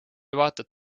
vaatad